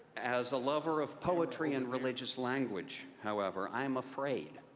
as a lover of poetry and religious language, however, i am afraid,